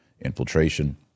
Infiltration